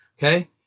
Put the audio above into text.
Okay